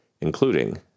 including